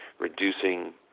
reducing